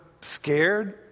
scared